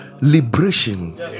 liberation